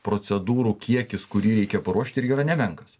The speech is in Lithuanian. procedūrų kiekis kurį reikia paruošt irgi yra nemenkas